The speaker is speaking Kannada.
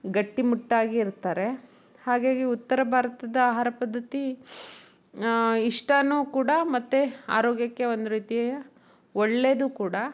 ಗಟ್ಟಿಮುಟ್ಟಾಗಿ ಇರ್ತಾರೆ ಹಾಗಾಗಿ ಉತ್ತರ ಭಾರತದ ಆಹಾರ ಪದ್ಧತಿ ಇಷ್ಟಾ ಕೂಡ ಮತ್ತೆ ಆರೋಗ್ಯಕ್ಕೆ ಒಂದು ರೀತಿಯ ಒಳ್ಳೆಯದು ಕೂಡ